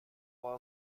war